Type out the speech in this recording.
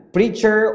Preacher